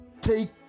take